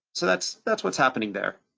so that's that's what's happening there.